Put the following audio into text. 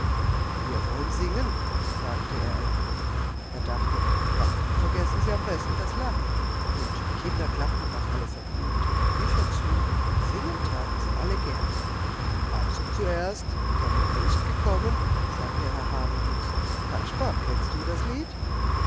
wir wollen singen sagte er endlich er dachte darüber vergessen sie am besten das lachen und die kinder klappten auch alle vergnügt ihre bücher zu singen taten sie alle gern also zuerst der mai ist gekommen sagte herr habermus kasper kennst du das lied